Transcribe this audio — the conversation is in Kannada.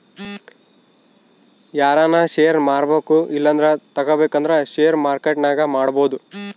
ಯಾರನ ಷೇರ್ನ ಮಾರ್ಬಕು ಇಲ್ಲಂದ್ರ ತಗಬೇಕಂದ್ರ ಷೇರು ಮಾರ್ಕೆಟ್ನಾಗ ಮಾಡ್ಬೋದು